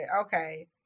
okay